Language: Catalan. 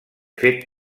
fet